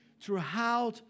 throughout